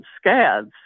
scads